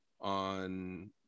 on